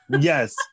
yes